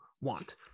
want